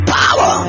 power